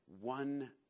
one